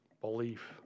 belief